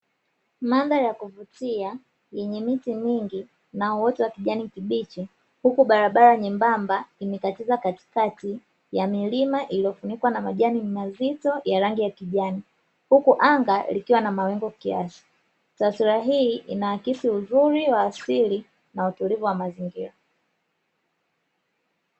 Mandhari ya kuvutia yenye miti mingi na uoto wa kijani kibichi huku barabara nyembamba imekatiza katikati ya milima iliyofunikwa na majani mazito ya rangi ya kijani, huku anga likiwa na mawingi kiasi. Taswira hii inaakisi uzuri wa asili na utulivu wa mazingira.